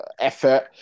effort